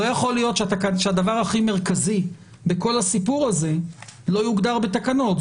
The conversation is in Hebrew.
לא יכול להיות שהדבר הכי מרכזי בכל הסיפור הזה לא יוגדר בתקנות.